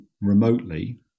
remotely